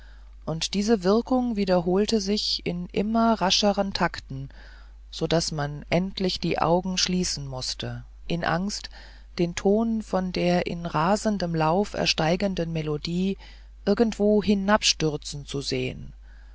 und diese wirkung wiederholte sich in immer rascheren takten so daß man endlich die augen schließen mußte in angst den ton von der in rasendem lauf erstiegenen melodie irgendwo hinabstürzen zu sehen